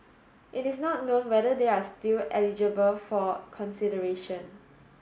it is not known whether they are still eligible for consideration